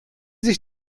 sich